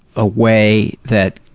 a way that